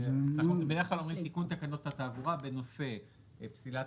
אנחנו בדרך כלל אומרים: תיקון תקנות התעבורה בנושא פסילת